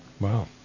Wow